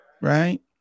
right